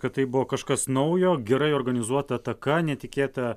kad tai buvo kažkas naujo gerai organizuota ataka netikėta